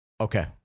Okay